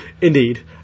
indeed